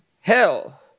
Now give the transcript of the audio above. hell